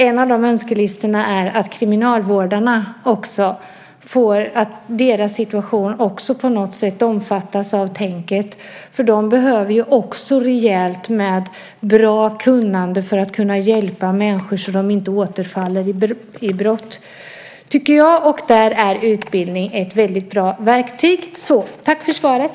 En önskan är att kriminalvårdarnas situation också på något sätt ska omfattas av tänket. De behöver också rejält med bra kunnande för att kunna hjälpa människor så att de inte återfaller i brott, tycker jag, och där är utbildning ett väldigt bra verktyg. Tack för svaret!